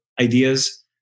ideas